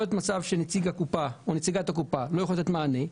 יכול להיות מצב שנציג הקופה או נציגת הקופה לא יכולה לתת מענה,